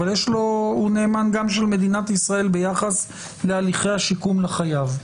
אבל הוא גם נאמן של מדינת ישראל ביחס להליכי השיקום לחייב.